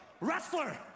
wrestler